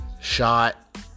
shot